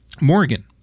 Morgan